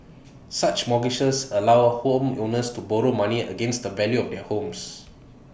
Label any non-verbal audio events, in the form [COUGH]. [NOISE] such mortgages allow homeowners to borrow money against the value of their homes